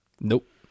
Nope